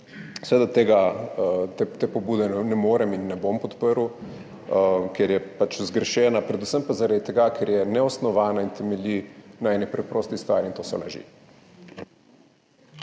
seveda te pobude ne morem in ne bom podprl, ker je zgrešena, predvsem pa zaradi tega, ker je neosnovana in temelji na eni preprosti stvari, in to so laži.